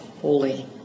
holy